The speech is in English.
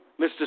Mr